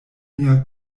mia